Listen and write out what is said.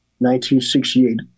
1968